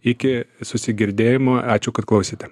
iki susigirdėjimo ačiū kad klausėte